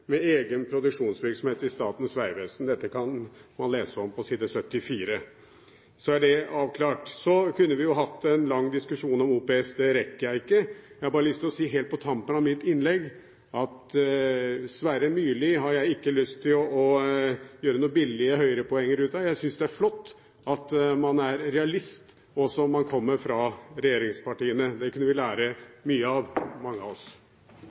med egen produksjonsvirksomhet i Statens vegvesen. Dette kan man lese om på side 74 i proposisjonen. Så er det avklart. Så kunne vi hatt en lang diskusjon om OPS. Det rekker jeg ikke. Jeg har bare lyst til å si, helt på tampen av mitt innlegg, at Sverre Myrli har jeg ikke lyst til å gjøre noen billige høyrepoeng på. Jeg synes det er flott at man er realist også om man kommer fra regjeringspartiene. Det kunne vi lære mye av, mange av oss.